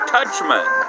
Touchman